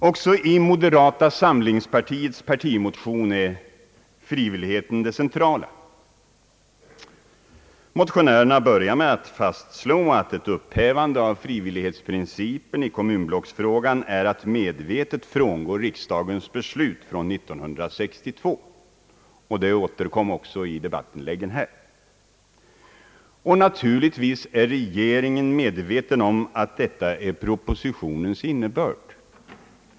Även i moderata samlingspartiets partimotion är frivilligheten det centrala. Motionärerna fastslår inledningsvis att ett upphävande av frivillighetsprincipen i kommunblocksfrågan är att medvetet frångå riksdagens beslut från 1962. Denna synpunkt återkom också i debattinläggen här. Naturligtvis är regeringen medveten om att detta är propositionens innebörd.